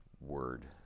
word